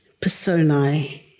personae